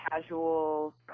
casual